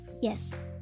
Yes